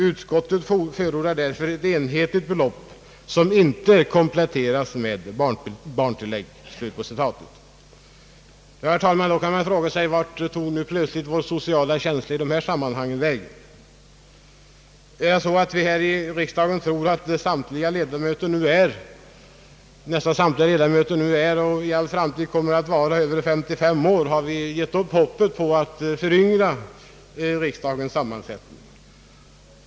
Utskottet förordar därför ett enhetligt belopp, som ej kompletteras med barntillägg.» Man kan fråga sig, vart detta sociala patos plötsligt tog vägen. Tror vi här i riksdagen att nästan samtliga ledamöter är och i all framtid kommer att vara över 55 år? Har vi gett upp hoppet om att föryngra riksdagens sammansättning?